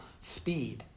speed